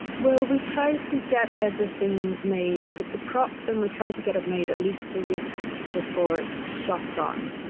well, we try to get everything made. if it's a prop, then we try to get it made at least a week before it's shot on,